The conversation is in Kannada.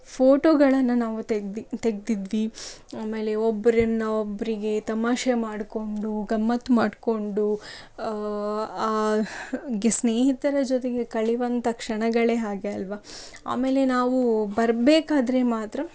ಫೋಟೋಗಳನ್ನು ನಾವು ತೆಗ್ದು ತೆಗೆದಿದ್ವಿ ಆಮೇಲೆ ಒಬ್ಬರನ್ನ ಒಬ್ಬರಿಗೆ ತಮಾಷೆ ಮಾಡ್ಕೊಂಡು ಗಮ್ಮತ್ತು ಮಾಡ್ಕೊಂಡು ಹಾಗೆ ಸ್ನೇಹಿತರ ಜೊತೆಗೆ ಕಳೆಯುವಂಥ ಕ್ಷಣಗಳೇ ಹಾಗೆ ಅಲ್ವಾ ಆಮೇಲೆ ನಾವು ಬರಬೇಕಾದ್ರೆ ಮಾತ್ರ